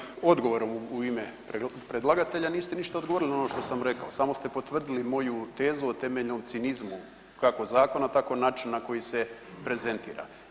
Ovim vašim odgovorom u ime predlagatelja niste ništa odgovorili na ono što sam rekao samo ste potvrdili moju tezu o temeljnom cinizmu kako zakon tako načina na koji se prezentira.